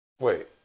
Wait